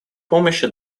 помощи